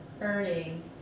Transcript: earning